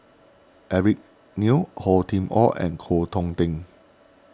Eric Neo Hor Chim or and Koh Hong Teng